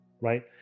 right